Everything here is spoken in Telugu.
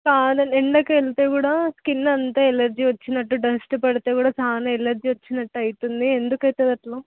కాదండి ఎండకి వెళితే కూడా స్కిన్ అంతా ఎలర్జీ వచ్చినట్టు డస్ట్ పడితే కూడా చాలా ఎలర్జీ వచ్చినట్టు అవుతుంది ఎందుకవుతుంది అట్లా